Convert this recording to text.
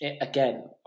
again